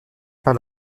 par